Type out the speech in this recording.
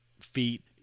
feet